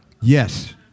Yes